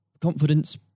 confidence